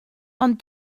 ond